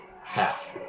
half